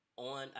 On